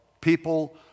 people